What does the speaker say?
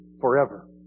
forever